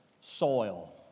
soil